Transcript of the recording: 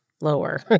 lower